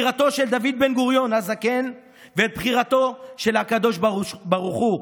את בחירתו של דוד בן-גוריון הזקן ואת בחירתו של הקדוש ברוך הוא,